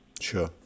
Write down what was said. Sure